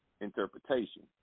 interpretation